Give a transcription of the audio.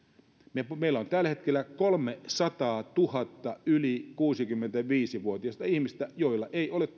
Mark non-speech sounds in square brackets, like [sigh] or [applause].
meillä on tällä hetkellä kolmesataatuhatta yli kuusikymmentäviisi vuotiasta ihmistä joilla ei ole [unintelligible]